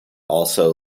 also